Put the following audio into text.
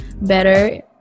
better